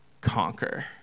conquer